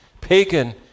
pagan